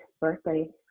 birthday